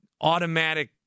automatic